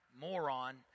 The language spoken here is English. moron